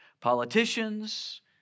politicians